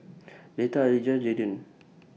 Letta Alijah Jayden